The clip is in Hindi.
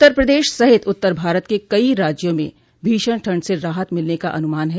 उत्तर प्रदेश सहित उत्तर भारत के कई राज्यों में भीषण ठंड से राहत मिलने का अनुमान है